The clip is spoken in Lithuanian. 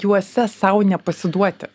juose sau nepasiduoti